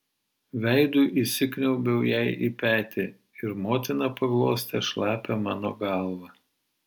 veidu įsikniaubiau jai į petį ir motina paglostė šlapią mano galvą